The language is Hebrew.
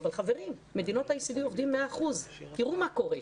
אבל במדינות ה-OECD עובדים 100%. תראו מה קורה,